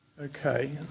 Okay